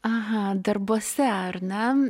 aha darbuose ar ne